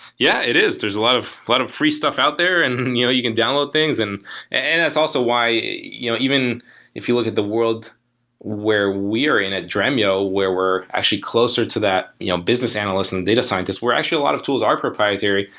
yeah, it is. there's a lot of lot of free stuff out there and and you know you can download things, and and it's also why you know even if you look at the world where we're in at dremio where we're actually closer to that you know business analyst and data scientist where actually a lot of tools at proprietary,